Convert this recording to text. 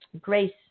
grace